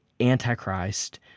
Antichrist